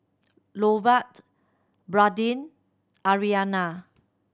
Lovett Brandin Aryana